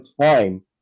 time